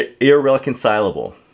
irreconcilable